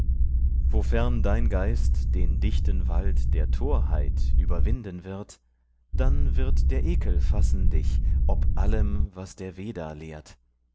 wofern dein geist den dichten wald der torheit überwinden wird dann wird der ekel fassen dich ob allem was der veda lehrt